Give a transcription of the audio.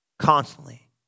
Constantly